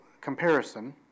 comparison